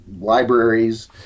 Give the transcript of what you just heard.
libraries